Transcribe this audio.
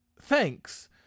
Thanks